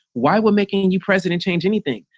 why will making and you president change anything?